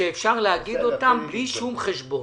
שאפשר להגיד אותן בלי שום חשבון.